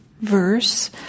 verse